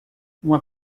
uma